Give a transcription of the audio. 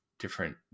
different